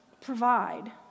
provide